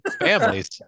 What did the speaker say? families